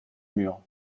mur